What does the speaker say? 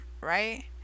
right